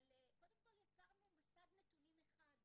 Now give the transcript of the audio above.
אבל קודם כל יצרנו מסד נתונים אחד.